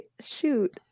shoot